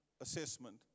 assessment